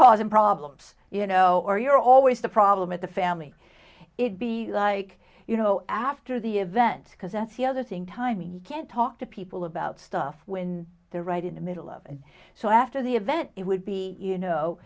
causing problems you know or you're always the problem at the family it be like you know after the event because that's the other thing time you can talk to people about stuff when they're right in the middle of it so after the event it would be you know